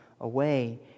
away